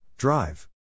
Drive